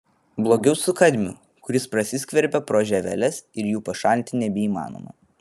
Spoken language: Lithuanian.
blogiau su kadmiu kuris prasiskverbia pro žieveles ir jų pašalinti nebeįmanoma